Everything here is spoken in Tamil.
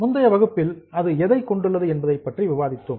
முந்தைய வகுப்பில் அது எதைக் கொண்டுள்ளது என்பதை பற்றி விவாதித்தோம்